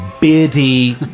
beardy